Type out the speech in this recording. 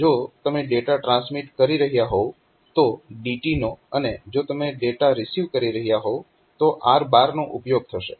તો જો તમે ડેટા ટ્રાન્સમીટ કરી રહ્યાં હોવ DT નો અને જો તમે ડેટા રિસીવ કરી રહ્યાં હો તો R નો ઉપયોગ થશે